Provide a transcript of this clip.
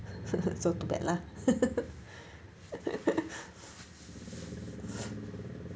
so too bad lah